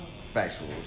factual